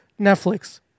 Netflix